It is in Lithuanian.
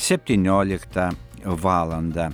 septynioliktą valandą